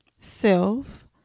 self